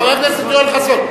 חבר הכנסת יואל חסון,